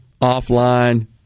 offline